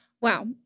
Wow